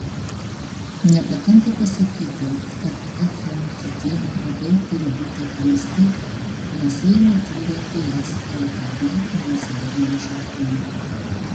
nepakanka pasakyti kad fntt vadai turi būti atleisti nes jie netyrė ts lkd finansavimo šaltinių